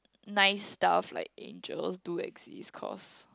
nice stuff like angels do exist cause